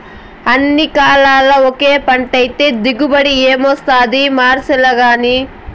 అన్ని కాలాల్ల ఒకే పంటైతే దిగుబడి ఏమొస్తాది మార్సాల్లగానీ